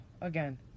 again